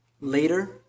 later